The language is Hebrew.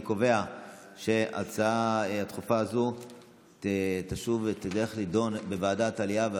אני קובע שההצעה הדחופה הזו תידון בוועדת העלייה,